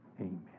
amen